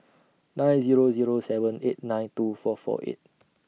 nine Zero Zero seven eight nine two four four eight